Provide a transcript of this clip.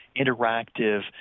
interactive